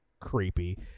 creepy